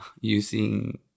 using